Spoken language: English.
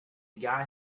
guy